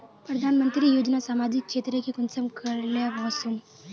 प्रधानमंत्री योजना सामाजिक क्षेत्र तक कुंसम करे ले वसुम?